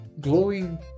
glowing